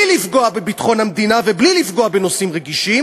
לפגוע בביטחון המדינה ובלי לפגוע בנושאים רגישים.